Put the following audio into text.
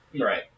right